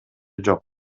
жок